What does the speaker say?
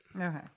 Okay